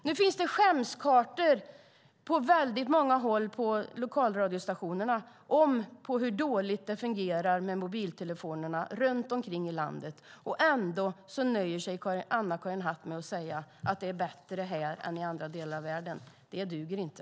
Nu finns skämskartor på lokalradiostationerna som visar hur dåligt mobiltelefonerna fungerar runt omkring i landet. Ändå nöjer sig Anna-Karin Hatt med att säga att det är bättre här än i andra delar av världen. Det duger inte.